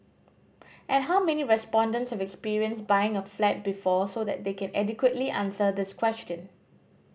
and how many respondents have experience buying a flat before so that they can adequately answer this question